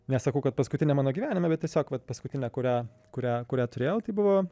nesakau kad paskutinė mano gyvenime bet tiesiog vat paskutinė kurią kurią kurią turėjau tai buvo